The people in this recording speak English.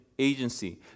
agency